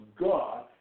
God